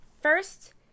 First